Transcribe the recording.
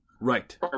Right